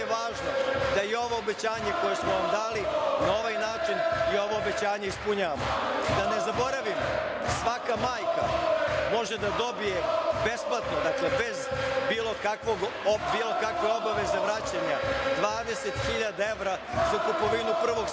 mi je važno da i ovo obećanje koje smo vam dali na ovaj način i ovo obećanje ispunjavamo. Da ne zaboravimo, svaka majka može da dobije besplatno bez bilo kakve obaveze vraćanja 20.000 evra za kupovinu prvog stana